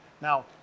Now